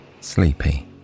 sleepy